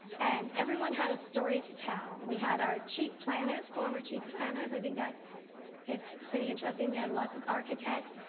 and everyone had a story to tell. we had our chief planners, former chief planners. i mean that was pretty interesting. we had lots of architects.